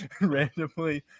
Randomly